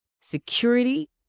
security